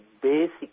basic